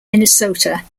minnesota